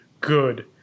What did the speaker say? good